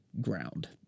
ground